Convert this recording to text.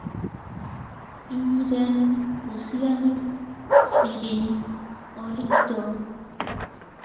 ᱤᱧ ᱨᱮᱱ ᱠᱩᱥᱤᱭᱟᱱᱤᱡ ᱥᱮᱨᱮᱧ ᱚᱞᱤᱡ ᱫᱚ